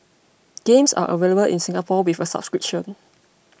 games are available in Singapore with a subscription